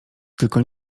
tylko